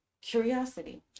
curiosity